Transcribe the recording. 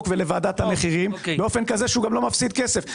ולוועדת המחירים באופן כזה שהוא גם לא מפסיד כסף.